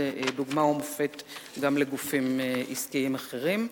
דוגמה ומופת גם לגופים עסקיים אחרים.